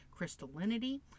crystallinity